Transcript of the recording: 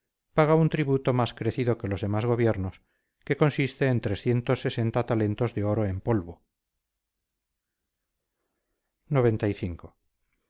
paga un tributo más crecido que los demás gobiernos que consiste en talentos de oro en polvo xcv